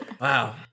Wow